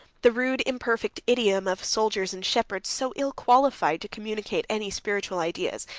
the rude, imperfect idiom of soldiers and shepherds, so ill qualified to communicate any spiritual ideas,